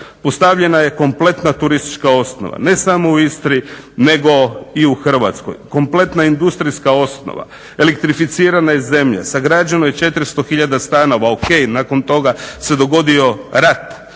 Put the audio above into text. razumije./… je kompletna turistička osnova ne samo u Istri nego i u Hrvatskoj, kompletna industrijska osnova. Elektrificirana je zemlja, sagrađeno je 400 hiljada stanova. O.k. Nakon toga se dogodio rat.